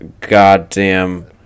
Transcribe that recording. goddamn